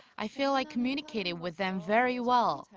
i feel i communicated with them very well.